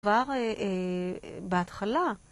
כבר בהתחלה.